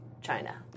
China